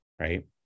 Right